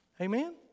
Amen